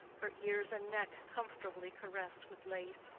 her ears and neck comfortably caressed with lace,